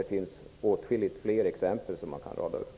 Det finns åtskilliga fler exempel som man kan rada upp.